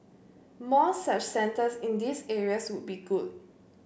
more such centres in these areas would be good